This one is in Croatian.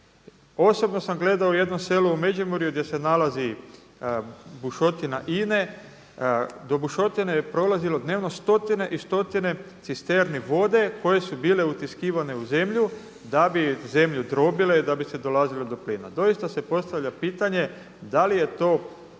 Osobno sam gledao u jednom selu u Međimurju gdje se nalazi bušotina INA-e, do bušotine je prolazilo dnevno stotine i stotine cisterni vode koje su bile utiskivane u zemlju da bi zemlju drobile, da bi se dolazilo do plina. Doista se postavlja pitanje, da li je to